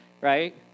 right